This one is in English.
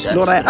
Lord